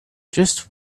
just